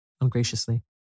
ungraciously